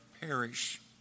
perish